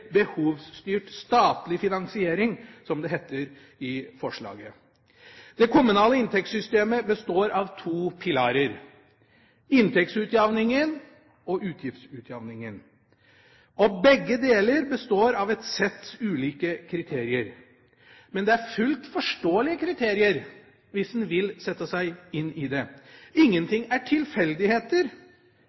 statlig finansiering, som det heter i forslaget. Det kommunale inntektssystemet består av to pilarer: inntektsutjamningen og utgiftsutjamningen. Begge deler består av et sett ulike kriterier. Men det er fullt ut forståelige kriterier hvis en vil sette seg inn i det. Ingenting er tilfeldigheter.